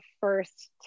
first